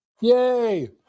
Yay